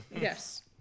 Yes